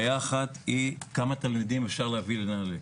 אחת, כמה תלמידים אפשר להביא לנעל"ה?